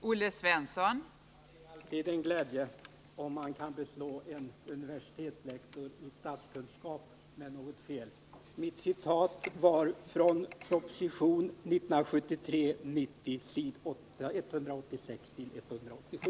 Fru talman! Det är alltid en glädje att kunna beslå en universitetslektor i statskunskap med ett fel. Mitt citat var hämtat från proposition nr 90 år 1973 s. 186-187.